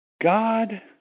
God